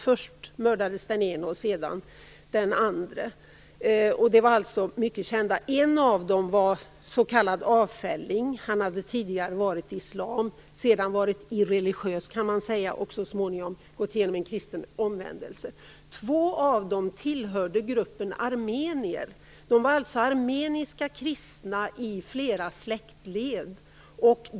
Först mördades den ene och sedan den andre. En av dem var avfälling. Han hade tidigare bekänt sig till islam, sedan varit irreligiös kan man säga, och så småningom gått igenom en kristen omvändelse. Två av dem tillhörde gruppen armenier. De var alltså armeniska kristna sedan flera släktled tillbaka.